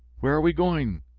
where are we going?